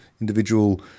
individual